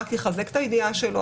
רק יחזק את הידיעה שלו.